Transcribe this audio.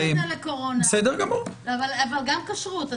גם בכשרות.